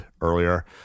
earlier